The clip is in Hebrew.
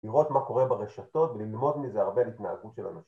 לראות מה קורה ברשתות וללמוד מזה הרבה על התנהגות של אנשים